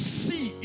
see